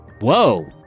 Whoa